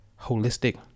holistic